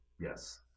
Yes